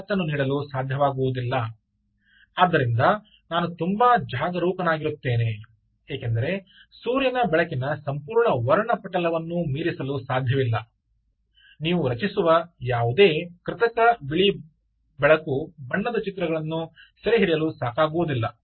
ಆದ್ದರಿಂದ ನಾನು ತುಂಬಾ ಜಾಗರೂಕರಾಗಿರುತ್ತೇನೆ ಏಕೆಂದರೆ ಸೂರ್ಯನ ಬೆಳಕಿನ ಸಂಪೂರ್ಣ ವರ್ಣಪಟಲವನ್ನು ಮೀರಿಸಲು ಸಾಧ್ಯವಿಲ್ಲ ನೀವು ರಚಿಸುವ ಯಾವುದೇ ಕೃತಕ ಬಿಳಿ ಬೆಳಕು ಬಣ್ಣದ ಚಿತ್ರಗಳನ್ನು ಸೆರೆಹಿಡಿಯಲು ಸಾಕಾಗುವುದಿಲ್ಲ